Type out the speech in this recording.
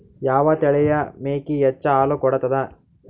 ಯಾವ ತಳಿಯ ಮೇಕಿ ಹೆಚ್ಚ ಹಾಲು ಕೊಡತದ?